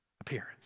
appearance